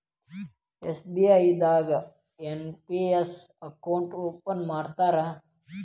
SBI ದಾಗು NPS account open ಮಾಡ್ತಾರಾ